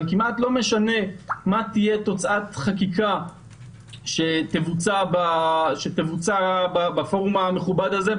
כמעט לא משנה מה תהיה תוצאת חקיקה שתבוצע בפורום המכובד הזה,